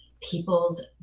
people's